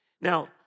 Now